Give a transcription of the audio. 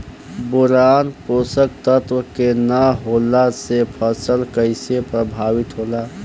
Boron पोषक तत्व के न होला से फसल कइसे प्रभावित होला?